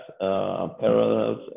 parallels